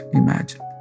imagine